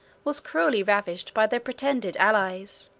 was cruelly ravished by their pretended allies